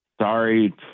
Sorry